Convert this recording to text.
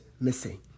missing